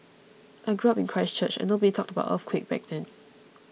I grew up in Christchurch and nobody talked about earthquake back then